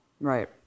right